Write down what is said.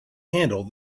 handle